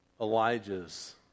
Elijah's